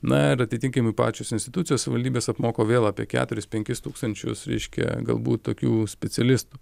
na ir atitinkamai pačios institucijos savivaldybės apmoko vėl apie keturis penkis tūkstančius reiškia galbūt tokių specialistų